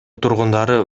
тургундары